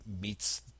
meets